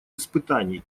испытаний